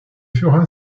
fera